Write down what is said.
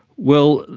well,